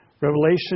Revelation